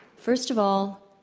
first of all,